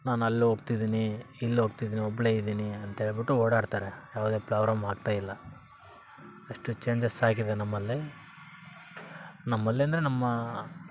ನಾನಲ್ಲಿ ಹೋಗ್ತಿದ್ದೀನಿ ಇಲ್ಲಿ ಹೋಗ್ತಿದ್ದೀನಿ ಒಬ್ಬಳೇ ಇದೀನಿ ಅಂತ ಹೇಳ್ಬುಟ್ಟು ಓಡಾಡ್ತಾರೆ ಯಾವುದೇ ಪ್ರಾಬ್ಲಮ್ ಆಗ್ತಾ ಇಲ್ಲ ಅಷ್ಟು ಚೇಂಜಸ್ ಆಗಿದೆ ನಮ್ಮಲ್ಲಿ ನಮ್ಮಲ್ಲಿ ಅಂದರೆ ನಮ್ಮ